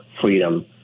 freedom